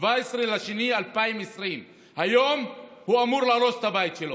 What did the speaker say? הוא 17 בפברואר 2020. היום הוא אמור להרוס את הבית שלו.